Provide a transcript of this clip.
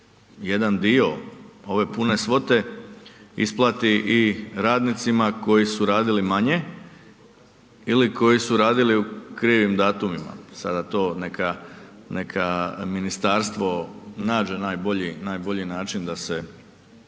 jedan dio ove pune svote isplati i radnicima koji su radili manje ili koji su radili u krivim datumima. Sada to neka ministarstvo nađe najbolji način da se